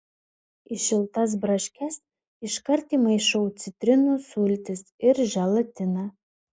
į šiltas braškes iškart įmaišau citrinų sultis ir želatiną